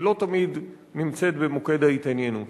שהיא לא תמיד נמצאת במוקד ההתעניינות.